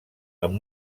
amb